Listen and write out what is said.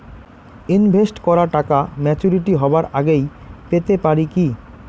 Invest করা টাকা maturity হবার আগেই পেতে পারি কি?